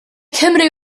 cymru